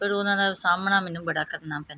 ਪਰ ਉਨ੍ਹਾਂ ਦਾ ਸਾਹਮਣਾ ਮੈਨੂੰ ਬੜਾ ਕਰਨਾ ਪੈਂਦਾ